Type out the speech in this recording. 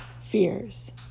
fears